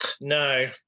no